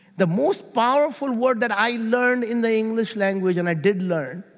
the most powerful word that i learned in the english language and i did learn